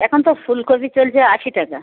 এখন তো ফুলকপি চলছে আশি টাকা